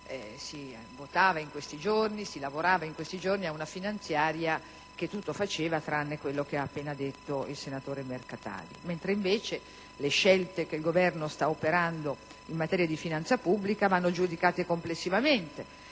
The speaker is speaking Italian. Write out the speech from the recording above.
che solo un anno fa si lavorava in questi giorni a una finanziaria che tutto faceva tranne quello che ha appena detto il senatore Mercatali? Le scelte che, invece, il Governo sta operando in materia di finanza pubblica vanno giudicate complessivamente